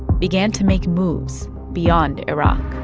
began to make moves beyond iraq